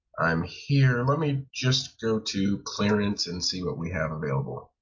i'm here, let me just go to clearance and see what we have available.